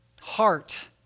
heart